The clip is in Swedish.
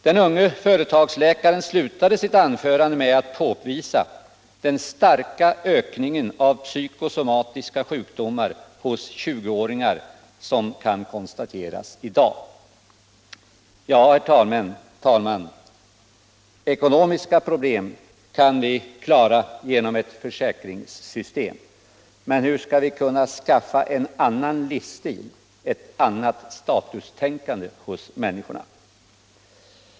Den unge företagsläkaren slutade sitt anförande med att påvisa den starka ökning av psykosomatiska sjukdomar hos 20-åringar som kan konstateras i dag. Herr talman! Ekonomiska problem kan vi klara genom ett försäkringssystem, men hur skall vi kunna skapa en annan livsstil, ett annat statustänkande hos människorna?